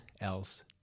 else